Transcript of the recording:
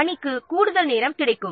அணிக்கு கூடுதல் நேரம் கிடைக்கும்